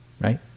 right